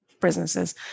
businesses